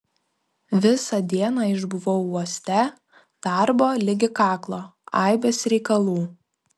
visą dieną išbuvau uoste darbo ligi kaklo aibės reikalų